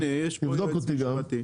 תבדוק אותי גם,